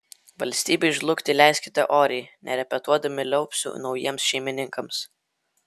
valstybei žlugti leiskite oriai nerepetuodami liaupsių naujiems šeimininkams